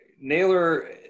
Naylor